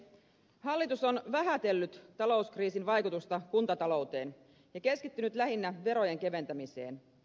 hallitus on vähätellyt talouskriisin vaikutusta kuntatalouteen ja keskittynyt lähinnä verojen keventämiseen